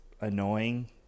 annoying